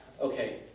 okay